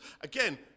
again